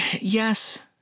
Yes